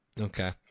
Okay